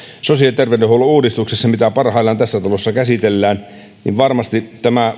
sosiaali ja terveydenhuollon uudistuksessa mitä parhaillaan tässä talossa käsitellään varmasti tämä